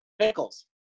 Pickles